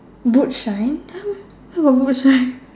boot shine !huh! where got boot shine